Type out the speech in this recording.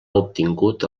obtingut